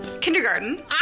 Kindergarten